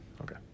Okay